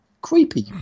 Creepy